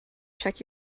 check